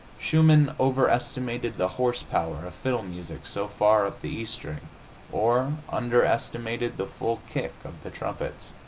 schumann overestimated the horsepower of fiddle music so far up the e string or underestimated the full kick of the trumpets.